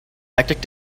hectic